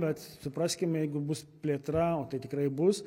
bet supraskim jeigu bus plėtra o tai tikrai bus